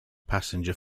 passenger